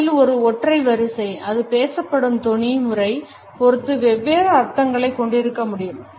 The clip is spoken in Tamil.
சொற்களின் ஒரு ஒற்றை வரிசை அது பேசப்படும் தொனி முறை பொறுத்து வெவ்வேறு அர்த்தங்களை கொண்டிருக்க முடியும்